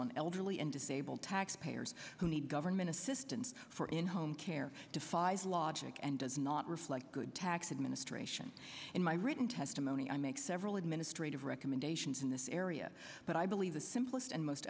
on elderly and disabled taxpayers who need government assistance for in home care defies logic and does not not reflect good tax administration in my written testimony i make several administrative recommendations in this area but i believe the simplest and most